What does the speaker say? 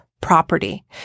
Property